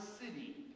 city